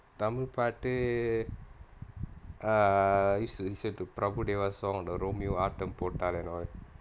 tamil பாட்டு:paattu uh used to listen to prabu deva song the romeo ஆட்டம் போட்டால்:aattam pottaal and all